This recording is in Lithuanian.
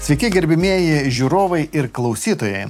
sveiki gerbiamieji žiūrovai ir klausytojai